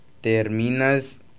terminas